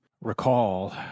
recall